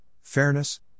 fairness